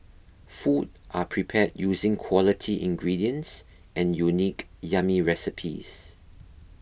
food are prepared using quality ingredients and unique yummy recipes